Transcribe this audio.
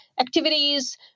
activities